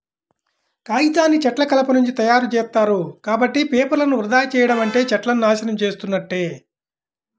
కాగితాన్ని చెట్ల కలపనుంచి తయ్యారుజేత్తారు, కాబట్టి పేపర్లను వృధా చెయ్యడం అంటే చెట్లను నాశనం చేసున్నట్లే